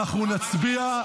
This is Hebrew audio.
אנחנו נצביע,